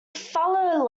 fallow